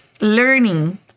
learning